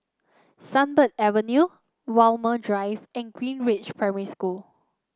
Sunbird Avenue Walmer Drive and Greenridge Primary School